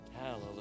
Hallelujah